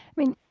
i mean,